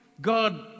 God